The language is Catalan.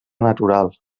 natural